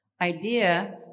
idea